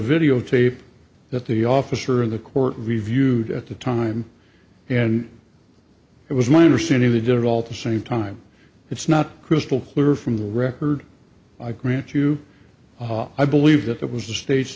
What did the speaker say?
videotape that the officer of the court review at the time and it was my understanding they did it all the same time it's not crystal clear from the record i grant you i believe that it was a sta